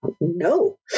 no